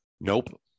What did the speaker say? Nope